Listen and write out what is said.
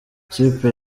ikipe